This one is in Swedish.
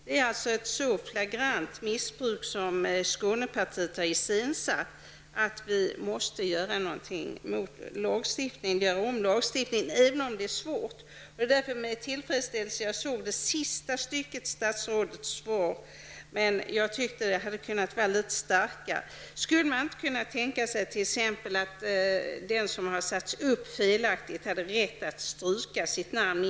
Skånepartiet har alltså iscensatt ett så flagrant missbruk att det är nödvändigt att göra om lagstiftningen -- även om det är svårt. Det var därför med tillfredsställelse jag såg det sista stycket i statsrådets svar, även om jag tyckte att hennes markering hade kunnat vara litet starkare. Skulle man inte kunna tänka sig exempelvis att den som felaktigt har satts upp på en lista inom viss tid skulle ha rätt att stryka sitt namn?